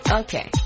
okay